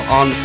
on